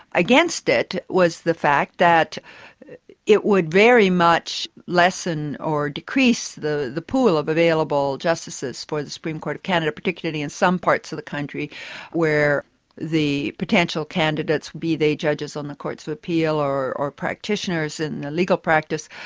against it was the fact that it would very much lessen or decrease the the pool of available justices for the supreme court of canada, particularly in some parts of the country where the potential candidates, be they judges on the courts of appeal, or or practitioners in the legal practice,